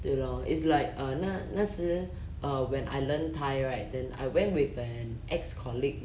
对 lor it's like uh 那那时 err when I learn thai right then I went with an ex colleague